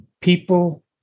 People